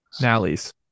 nally's